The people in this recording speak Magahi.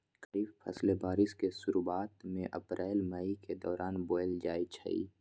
खरीफ फसलें बारिश के शुरूवात में अप्रैल मई के दौरान बोयल जाई छई